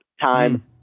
time